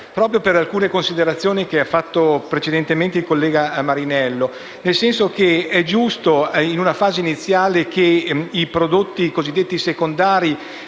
proprio per alcune considerazioni che ha svolto precedentemente il collega Marinello. È giusto che in una fase iniziale dei prodotti cosiddetti secondari,